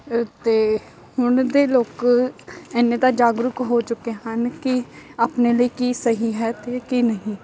ਅਤੇ ਹੁਣ ਦੇ ਲੋਕ ਇੰਨੇ ਤਾਂ ਜਾਗਰੂਕ ਹੋ ਚੁੱਕੇ ਹਨ ਕਿ ਆਪਣੇ ਲਈ ਕੀ ਸਹੀ ਹੈ ਅਤੇ ਕੀ ਨਹੀਂ